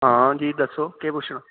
आं जी दस्सो केह् पुच्छना